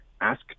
Ask